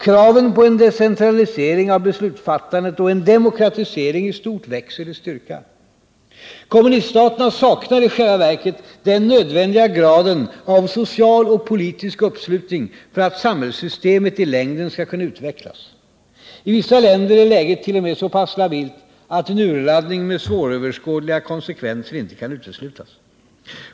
Kraven på en decentralisering av beslutsfattandet och en demokratisering i stort växer i styrka. Kommuniststaterna saknar i själva verket den nödvändiga graden av social och politisk uppslutning för att samhällssystemet i längden skall kunna utvecklas. I vissa länder är läget t.o.m. så pass labilt, att en urladdning med svåröverskådliga konsekvenser inte kan uteslutas.